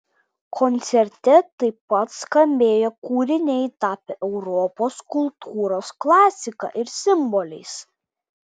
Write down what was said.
koncerte taip pat skambėjo kūriniai tapę europos kultūros klasika ir simboliais